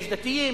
יש דתיים,